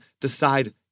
decide